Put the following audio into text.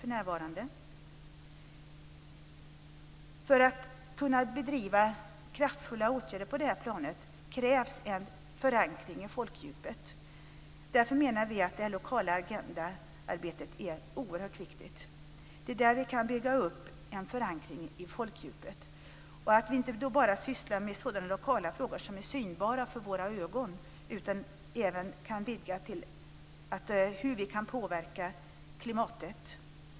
För att kunna bedriva kraftfulla åtgärder på det här planet krävs en förankring i folkdjupet. Därför menar vi att det lokala agendaarbetet är oerhört viktigt. Det är där vi kan bygga upp en förankring i folkdjupet. Det är viktigt att vi då inte enbart sysslar med sådana lokala frågor som är synbara för våra ögon utan även vidgar diskussionen till hur vi kan påverka klimatet.